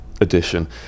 edition